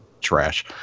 trash